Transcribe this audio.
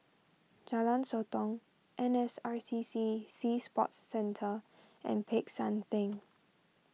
Jalan Sotong N S R C C Sea Sports Centre and Peck San theng